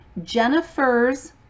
jennifers